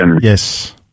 Yes